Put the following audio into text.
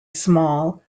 small